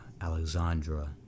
Alexandra